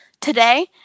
Today